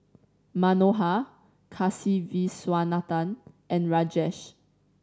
Manohar Kasiviswanathan and Rajesh